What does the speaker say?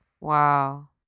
Wow